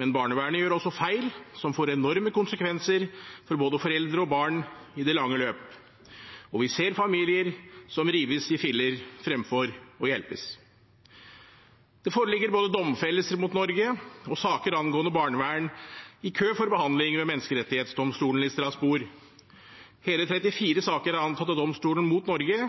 men barnevernet gjør også feil som får enorme konsekvenser for både foreldre og barn i det lange løp. Og vi ser familier som rives i filler fremfor å bli hjulpet. Det foreligger både domfellelser mot Norge og saker angående barnevern i kø for behandling ved menneskerettsdomstolen i Strasbourg. Hele 34 saker er antatt av domstolen mot Norge.